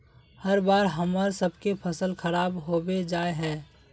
हर बार हम्मर सबके फसल खराब होबे जाए है?